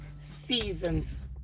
seasons